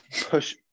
push